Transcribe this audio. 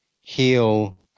heal